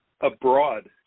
abroad